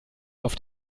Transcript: auf